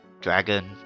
Dragon